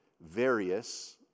various